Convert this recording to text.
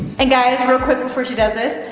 and guys, real quick before she does this,